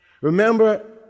Remember